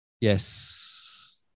Yes